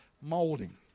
molding